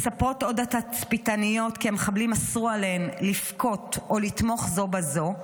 מספרות עוד התצפיתניות כי המחבלים אסרו עליהן לבכות או לתמוך זו בזו,